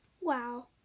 wow